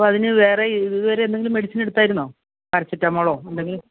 അപ്പോൾ അതിനു വേറെ ഇതുവരെ എന്തെങ്കിലും മെഡിസിൻ എടുത്തായിരുന്നോ പാരസെറ്റാമോളോ എന്തെങ്കിലും